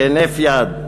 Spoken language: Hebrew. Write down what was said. בהינף יד,